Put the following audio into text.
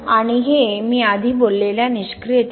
आणि हे मी आधी बोललेल्या निष्क्रियतेमुळे